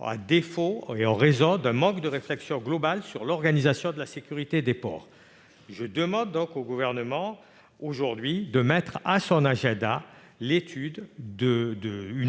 importants, en raison d'un manque de réflexion globale sur l'organisation de la sécurité dans les ports. Je demande donc au Gouvernement d'inscrire à son agenda une